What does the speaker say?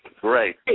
Great